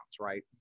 right